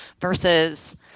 versus